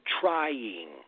trying